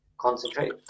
concentrate